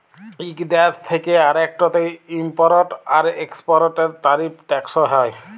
ইক দ্যেশ থ্যাকে আরেকটতে ইমপরট আর একেসপরটের তারিফ টেকস হ্যয়